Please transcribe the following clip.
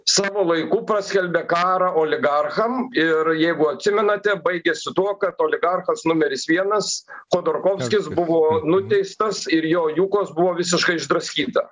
savo laiku paskelbė karą oligarcham ir jeigu atsimenate baigėsi tuo kad oligarchas numeris vienas chodorkovskis buvo nuteistas ir jo jukos buvo visiškai išdraskyta